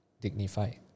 dignified